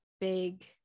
big